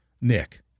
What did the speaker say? Nick